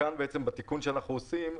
ולכן הרלב"ד לקחה יוזמה,